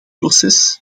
proces